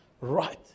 right